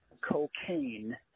cocaine